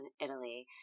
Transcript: Italy